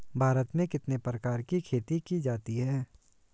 भारत में कितने प्रकार की खेती की जाती हैं?